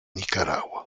nicaragua